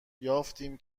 یافتیم